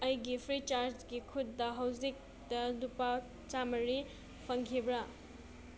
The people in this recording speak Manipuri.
ꯑꯩꯒꯤ ꯐ꯭ꯔꯤ ꯆꯥꯔꯖꯒꯤ ꯈꯨꯠꯇ ꯍꯧꯖꯤꯛꯇ ꯂꯨꯄꯥ ꯆꯥꯝꯃꯔꯤ ꯐꯪꯈꯤꯕ꯭ꯔꯥ